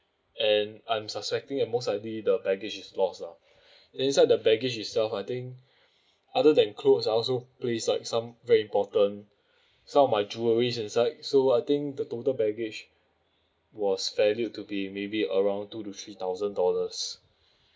and I'm suspecting that most likely the baggage is lost lah inside the baggage itself I think other than clothes I also placed like some very important some of my jewellery inside so I think the total baggage was valued to be maybe around two to three thousand dollars